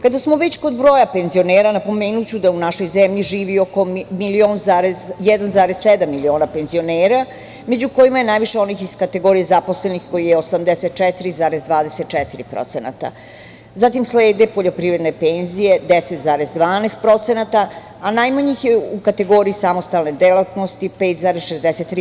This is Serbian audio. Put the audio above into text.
Kada smo već kod broja penzionera, napomenuću da u našoj zemlji živi oko 1,7 miliona penzionera, među kojima je najviše onih iz kategorije zaposlenih koji je 84,24%, zatim slede poljoprivredne penzije 10,2%, a najmanje ih je u kategoriji samostalne delatnosti 5,63%